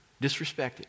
disrespected